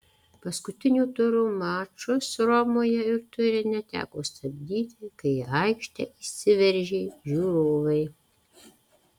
paskutinio turo mačus romoje ir turine teko stabdyti kai į aikštę įsiveržė žiūrovai